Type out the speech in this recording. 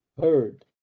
heard